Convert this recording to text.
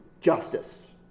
justice